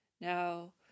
Now